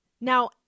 Now